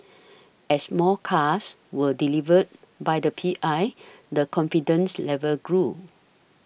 as more cars were delivered by the P I the confidence level grew